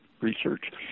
research